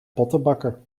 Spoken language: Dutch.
pottenbakker